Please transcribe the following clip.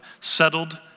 Settled